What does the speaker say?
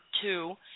two